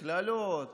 קללות.